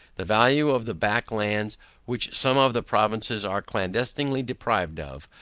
the value of the back lands which some of the provinces are clandestinely deprived of,